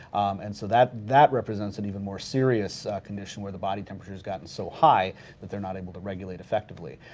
and so that that represents an and even more serious condition where the body temperature's gotten so high that they're not able to regulate effectively.